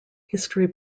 history